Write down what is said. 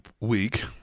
week